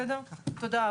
תודה רבה.